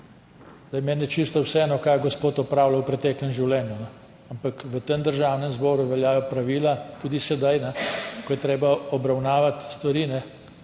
Meni je čisto vseeno, kaj je gospod opravljal v preteklem življenju, ampak v Državnem zboru veljajo pravila tudi sedaj, ko je treba obravnavati stvari.